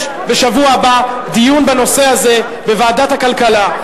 בשבוע הבא יש דיון בנושא הזה בוועדת הכלכלה.